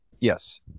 Yes